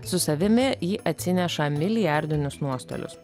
su savimi jį atsineša milijardinius nuostolius